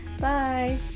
bye